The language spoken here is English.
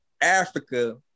Africa